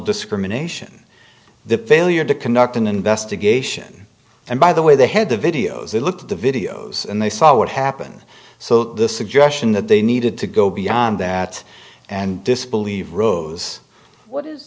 discrimination the failure to conduct an investigation and by the way they had the videos they looked at the videos and they saw what happened so the suggestion that they needed to go beyond that and disbelieve rose what is